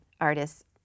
artists